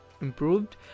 improved